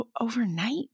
Overnight